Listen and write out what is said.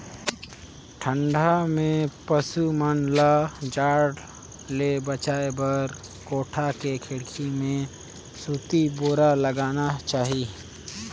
ठंडा में पसु मन ल जाड़ ले बचाये बर कोठा के खिड़की में सूती बोरा लगाना चाही